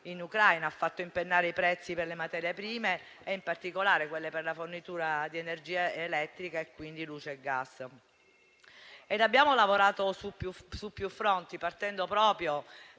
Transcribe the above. in Ucraina ha fatto impennare i prezzi delle materie prime e in particolare quelli per le forniture di energia elettrica e gas. Abbiamo lavorato su più fronti, partendo proprio